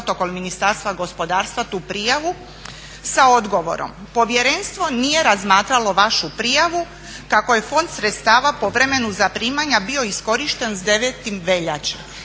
protokol Ministarstva gospodarstva tu prijavu sa odgovorom: "Povjerenstvo nije razmatralo vašu prijavu kako je fond sredstava po vremenu zaprimanja bio iskorišten s 9. veljačem."